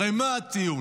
הרי מה הטיעון?